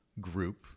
group